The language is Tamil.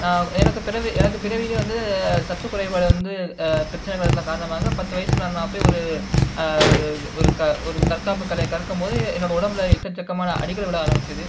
எனக்கு பிறவி எனக்கு பிறவிலே வந்து சத்துகுறைபாடு வந்து பிரச்சனைங்கள் இருந்த காரணமாக பத்து வயஸில் நான் அப்பையே ஒரு ஒரு ஒரு ஒரு தற்காப்பு கலை கற்கமோது என்னோட உடம்புல எக்கச்சக்கமான அடிகள் விழ ஆரமிச்சிது